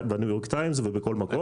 ב-ניו יורק טיימס ובכל מקום